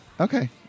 Okay